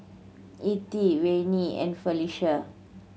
Ethie Wayne and